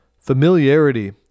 Familiarity